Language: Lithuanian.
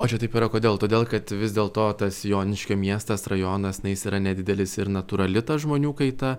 o čia taip yra kodėl todėl kad vis dėl to tas joniškio miestas rajonas na jis yra nedidelis ir natūrali žmonių kaita